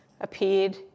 appeared